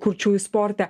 kurčiųjų sporte